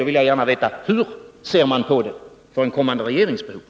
— då vill jag gärna veta: Hur ser man på detta för en kommande regeringsperiod?